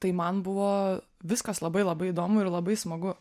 tai man buvo viskas labai labai įdomu ir labai smagu